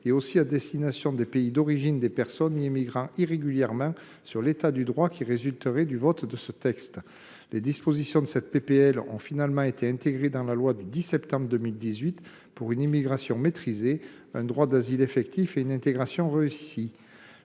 et à destination des pays d’origine des personnes y immigrant irrégulièrement, sur l’état du droit qui résulterait du vote de ce texte. Les dispositions de cette proposition de loi ont finalement été intégrées dans la loi du 10 septembre 2018 pour une immigration maîtrisée, un droit d’asile effectif et une intégration réussie.